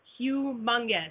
humongous